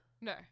No